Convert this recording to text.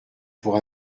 pour